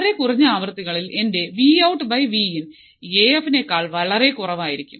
വളരെ കുറഞ്ഞ ആവൃത്തികളിൽ എന്റെ Vout Vin എ എഫ് നേക്കാൾ വളരെ കുറവായിരിക്കും